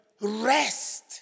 rest